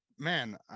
man